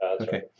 Okay